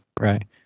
Right